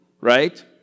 right